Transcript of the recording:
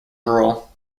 rural